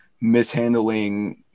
mishandling